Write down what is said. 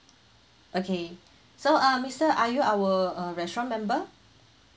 okay so uh mister are you our uh restaurant member